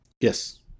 Yes